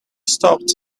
stopped